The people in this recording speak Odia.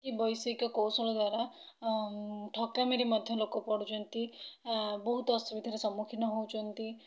କି ବୈଷୟିକ କୌଶଳ ଦ୍ଵାରା ଠକାମୀରେ ମଧ୍ୟ ଲୋକ ପଡ଼ୁଛନ୍ତି ବହୁତ ଅସୁବିଧାରେ ସମ୍ମୁଖିନ ହେଉଛନ୍ତି